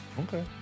Okay